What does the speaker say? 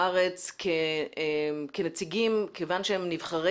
את חברי המועצה בארץ כנציגים כיוון שהם נבחרי